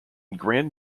grand